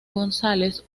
gonzález